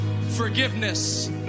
forgiveness